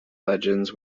legends